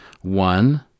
One